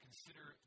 Consider